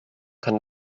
kann